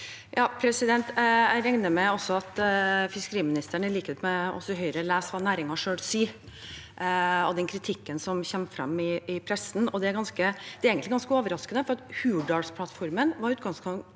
(H) Jeg regner med at fiskeriministeren, i likhet med oss i Høyre, leser hva næringen selv sier, og den kritikken som kommer frem i pressen. Det er egentlig ganske overraskende, for Hurdalsplattformen var i utgangspunktet